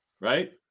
Right